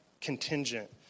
contingent